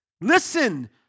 Listen